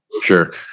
Sure